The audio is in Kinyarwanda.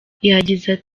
yagize